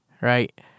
right